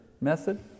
method